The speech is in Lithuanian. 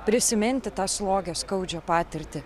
prisiminti tą slogią skaudžią patirtį